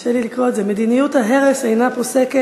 קשה לי לקרוא את זה, מדיניות ההרס אינה פוסקת,